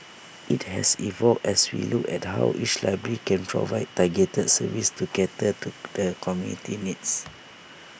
IT has evolved as we look at how each library can provide targeted services to cater to the community's needs